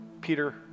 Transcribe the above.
Peter